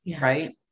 right